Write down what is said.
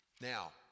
Now